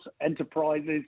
enterprises